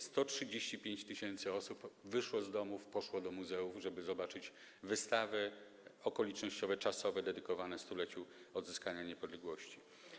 135 tys. osób wyszło z domów, poszło do muzeów, żeby zobaczyć wystawy okolicznościowe, czasowe dedykowane 100-leciu odzyskania niepodległości.